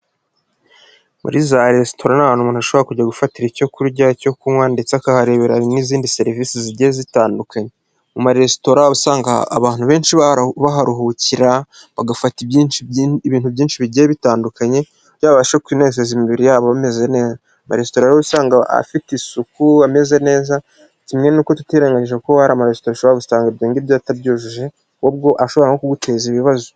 Muri za resitora ni ahantu umuntu ashobora kujya gufatira icyo kurya, icyo kunywa ndetse akaharebera n'izindi serivisi zigiye zitandukanye, mu maresitora usanga abantu benshi baharuhukira bagafata ibintu byinshi bigiye bitandukanye kugira babashe kwinezeza imibiri yabo bameze neza, ama resitora usanga afite isuku ameze neza, kimwe n'uko tutirengayije ko hari amaresitora ushobora gusanga ibyo ngibyo atabyujuje ahubwo ashobora no kuguteza ibibazo.